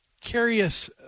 curious